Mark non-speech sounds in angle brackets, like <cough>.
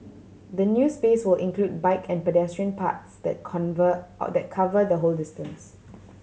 the new space will include bike and pedestrian paths that <unintelligible> that cover the whole distance